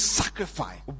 sacrifice